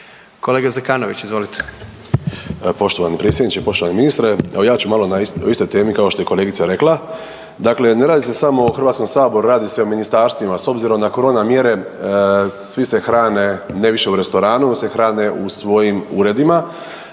(Hrvatski suverenisti)** Poštovani predsjedniče, poštovani ministre. Evo ja ću malo o istoj temi kao što je kolegica rekla, dakle ne radi se samo o HS, radi se o ministarstvima. S obzira na korona mjere svi se hrane ne više u restoranu nego se hrane u svojim uredima.